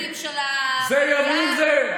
זה אתה אומר לשני הצדדים של,